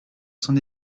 son